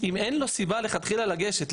אם אין לו סיבה מלכתחילה לגשת,